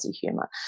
humour